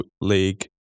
League